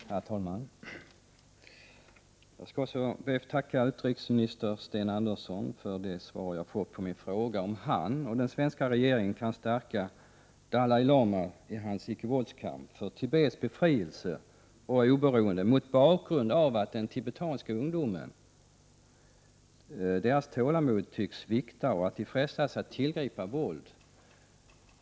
Herr talman! Jag skall också be att få tacka utrikesminister Sten Andersson för det svar jag har fått på min fråga, om han och den svenska regeringen kan stärka Dalai lama i hans icke-våldskamp för Tibets befrielse och oberoende, mot bakgrund av att den tibetanska ungdomens tålamod tycks svikta och ungdomarna frestas att tillgripa våld.